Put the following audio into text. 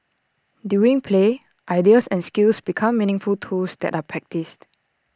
during play ideas and skills become meaningful tools that are practised